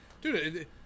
dude